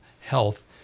health